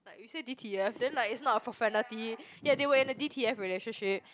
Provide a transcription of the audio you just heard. like you say D_T_F then like it's not a profanity ya they were in a D_T_F relationship